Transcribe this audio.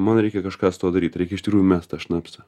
man reikia kažką su tuo daryt reikia iš tikrųjų mes tą šnapsą